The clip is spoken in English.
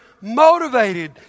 motivated